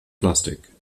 plastik